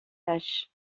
tâche